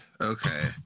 Okay